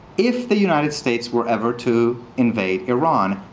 if the united states were ever to invade iran,